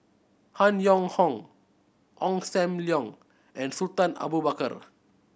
Han Yong Hong Ong Sam Leong and Sultan Abu Bakar